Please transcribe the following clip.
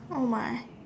oh my